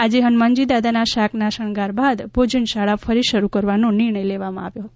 આજે હનુમાનજી દાદાના શાકના શણગાર બાદ ભોજન શાળા ફરી શરૂ કરવાનો લેવાયો નિર્ણય લેવામાં આવ્યો છે